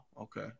Okay